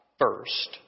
first